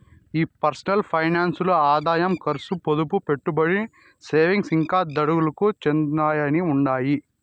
ఈ personal finance ల్ల ఆదాయం కర్సు, పొదుపు, పెట్టుబడి, సేవింగ్స్, ఇంకా దుడ్డుకు చెందినయ్యన్నీ ఉండాయి